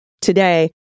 today